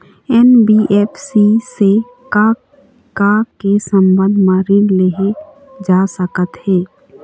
NBFC से का का के संबंध म ऋण लेहे जा सकत हे?